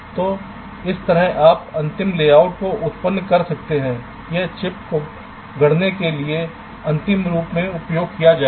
तो इस तरह आप अंतिम लेआउट को उत्पन्न कर सकते हैं यह चिप को गढ़ने के लिए अंतिम रूप से उपयोग किया जाएगा